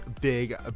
Big